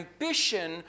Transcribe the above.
ambition